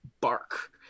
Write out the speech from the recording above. bark